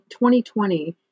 2020